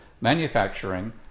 manufacturing